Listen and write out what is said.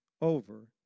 over